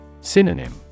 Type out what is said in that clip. Synonym